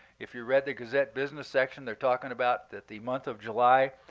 if you read the gazette business section, they're talking about that the month of july,